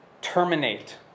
Terminate